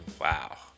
Wow